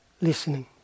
listening